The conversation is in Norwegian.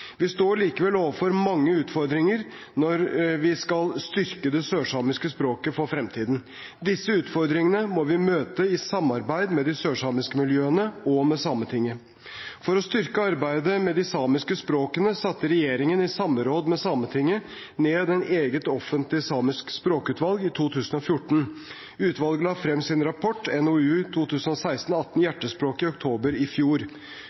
Vi står likevel overfor mange utfordringer når vi skal styrke det sørsamiske språket for fremtiden. Disse utfordringene må vi møte i samarbeid med de sørsamiske miljøene og med Sametinget. For å styrke arbeidet med de samiske språkene satte regjeringen i samråd med Sametinget ned et eget offentlig samisk språkutvalg i 2014. Utvalget la frem sin rapport, NOU 2016:18 – Hjertespråket, i oktober i fjor.